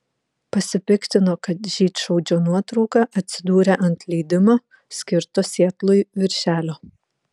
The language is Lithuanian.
pasipiktino kad žydšaudžio nuotrauka atsidūrė ant leidimo skirto sietlui viršelio